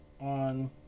on